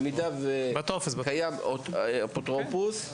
במידה וקיים אפוטרופוס,